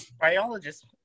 biologists